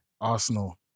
Arsenal